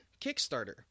Kickstarter